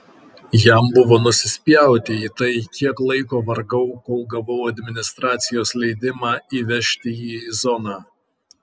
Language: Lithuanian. jam buvo nusispjauti į tai kiek laiko vargau kol gavau administracijos leidimą įvežti jį į zoną